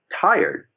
tired